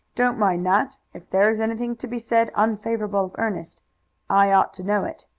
don't mind that. if there is anything to be said unfavorable of ernest i ought to know it.